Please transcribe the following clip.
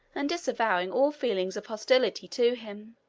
and disavowing all feelings of hostility to him.